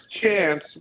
chance